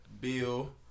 Bill